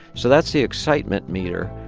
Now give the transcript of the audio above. so that's the excitement meter.